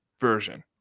version